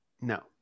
No